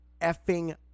effing